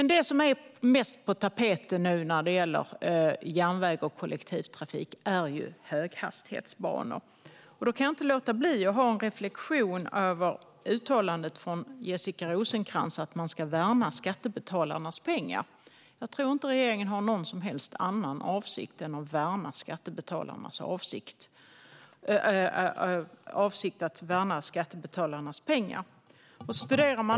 Det som är mest på tapeten när det gäller järnväg och kollektivtrafik är dock höghastighetsbanor. Jag kan inte låta bli att reflektera över Jessica Rosencrantz uttalande om att man ska värna skattebetalarnas pengar. Jag tror inte att regeringen har någon som helst annan avsikt än att värna skattebetalarnas pengar.